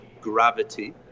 Gravity